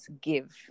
give